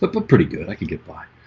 but look pretty good i could get by